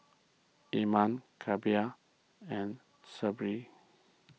Imran and